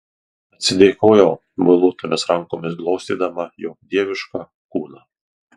atsidėkojau muiluotomis rankomis glostydama jo dievišką kūną